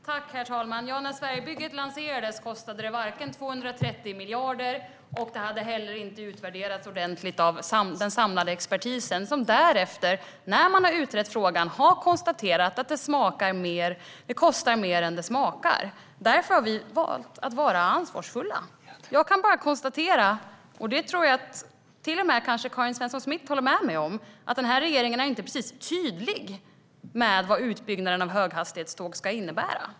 Herr talman! När Sverigebygget lanserades kostade det inte 230 miljarder. Det hade heller inte utvärderats ordentligt av den samlade expertisen. Den samlade expertisen har utrett frågan och konstaterat att det kostar mer än det smakar. Därför har vi valt att vara ansvarsfulla. Jag kan bara konstatera - och det kanske Karin Svensson Smith till och med håller med mig om - att den här regeringen inte precis är tydlig med vad utbyggnaden av höghastighetståg ska innebära.